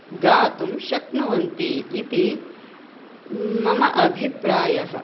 गातुं शक्नुवन्ति इति मम अभिप्रायः